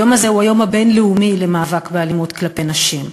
היום הזה הוא היום הבין-לאומי למאבק באלימות כלפי נשים.